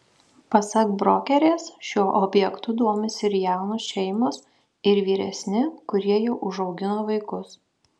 pasak brokerės šiuo objektu domisi ir jaunos šeimos ir vyresni kurie jau užaugino vaikus